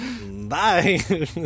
Bye